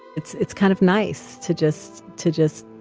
it's it's kind of nice to just to just